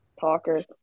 talker